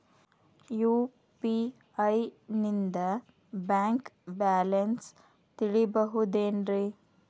UPI ನಿಂದ bank balance ತಿಳಿಬಹುದೇನ್ರಿ?